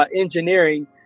engineering